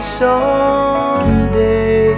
someday